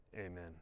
Amen